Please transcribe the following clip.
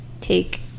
take